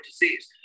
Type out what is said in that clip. disease